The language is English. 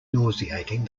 nauseating